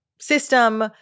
system